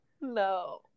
No